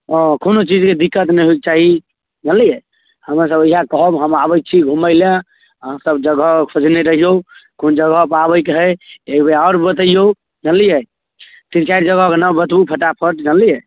हँ कोनो चीजके दिक्कत नहि होइके चाही जनलिए हमरासभके इएह कहब हम आबै छी घुमैलए अहाँसभ जगह खोजने रहिऔ कोन जगहपर आबैके हइ एकबेर आओर बतैओ जनलिए तीन चारि जगहके नाम बताबू फटाफट जानलिए